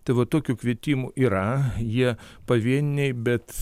tai va tokių kvietimų yra jie pavieniai bet